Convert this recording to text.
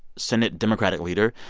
senate democratic leader,